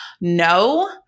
No